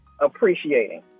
appreciating